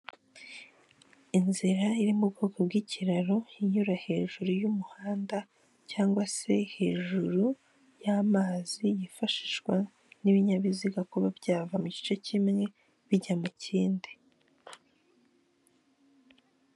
Inzira iri mu bwoko bw'ikiraro inyura hejuru y'umuhanda cyangwa se hejuru y'amazi yifashishwa n'ibinyabizigakuru kuba byava mu gice kimwe bijya mu kindi.